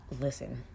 listen